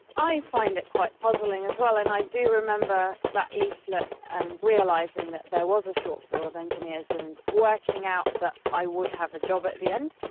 i find it quite puzzling as well, and i do remember that leaflet and realising that there was a shortfall of engineers, and working out that i would have a job at the end,